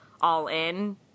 all-in